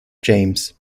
james